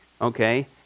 okay